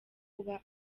kuba